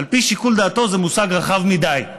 "על פי שיקול דעתו" זה מושג רחב מדי.